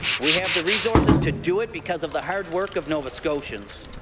we have the resources to do it because of the hard work of nova scotians.